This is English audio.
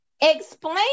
explain